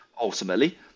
ultimately